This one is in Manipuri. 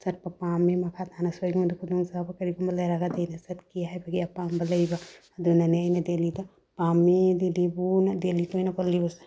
ꯆꯠꯄ ꯄꯥꯝꯃꯦ ꯃꯈꯥꯇꯥꯅꯁꯨ ꯑꯩꯉꯣꯟꯗ ꯈꯨꯗꯣꯡꯆꯥꯕ ꯀꯔꯤꯒꯨꯝꯕ ꯂꯩꯔꯒꯗꯤ ꯑꯩꯅ ꯆꯠꯀꯦ ꯍꯥꯏꯕꯒꯤ ꯑꯄꯥꯝꯕ ꯂꯩꯕ ꯑꯗꯨꯅꯅꯦ ꯑꯩꯅ ꯗꯦꯜꯍꯤꯗ ꯄꯥꯝꯃꯤ ꯗꯦꯜꯍꯤꯕꯨ ꯑꯩꯅ ꯗꯦꯜꯍꯤꯕꯨ ꯑꯩꯅ ꯄꯜꯂꯤꯕꯁꯦ